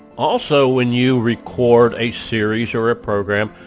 also when you record a series or a program,